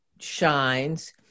shines